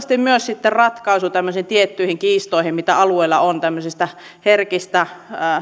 toivottavasti myös ratkaisu tiettyihin kiistoihin mitä alueilla on tämmöisistä herkistä